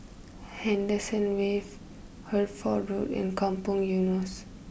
Henderson Wave Hertford Road and Kampong Eunos